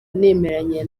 nemeranya